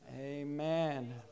Amen